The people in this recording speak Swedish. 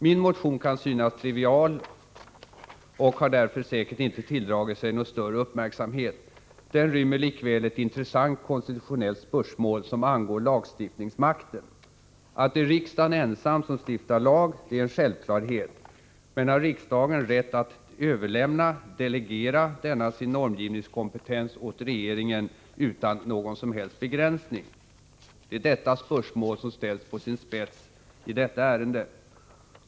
Min motion kan synas gälla ett trivialt ämne och har därför säkert inte tilldragit sig någon större uppmärksamhet. Den rymmer likväl ett intressant konstitutionellt spörsmål som angår lagstiftningsmakten. Att det är riksdagen ensam som stiftar lag, det är en självklarhet. Men har riksdagen rätt att —- Nr 32 överlämna, delegera, denna sin normgivningskompetens åt regeringen utan Onsdagen den någon som helst begränsning? Det är det spörsmålet som ställts på sin spets i 21növember 1984 detta ärende.